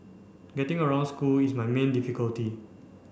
getting around school is my main difficulty